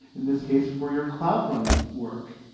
in this case, for your cloud run work.